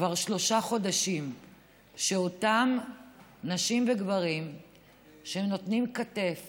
כבר שלושה חודשים שאותם נשים וגברים שנותנים כתף